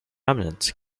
remnants